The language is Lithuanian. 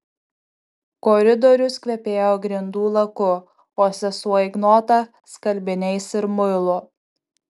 koridorius kvepėjo grindų laku o sesuo ignota skalbiniais ir muilu